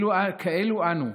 כאלו אנו,